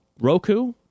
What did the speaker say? Roku